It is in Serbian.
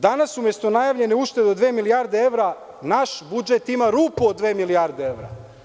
Danas umesto najavljene uštede od 2,5 milijardi evra, naš budžet ima rupu od dve milijarde evra.